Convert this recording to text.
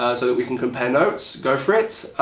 ah so that we can compare notes, go for it!